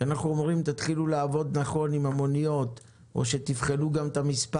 שלנו בשבילכם איך לעבוד נכון עם המוניות או שתבחנו את המספר